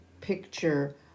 picture